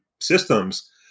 systems